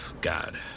God